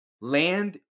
land